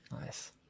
Nice